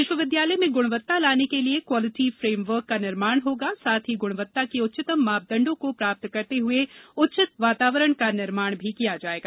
विश्वविद्यालय में गुणवत्ता लाने के लिए क्वालिटी फ्रेमवर्क का निर्माण होगा साथ ही गुणवत्ता के उच्चतम मापदण्डों को प्राप्त करने हेतु उचित यातावरण का निर्माण होगा